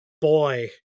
boy